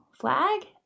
flag